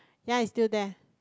ya it's still there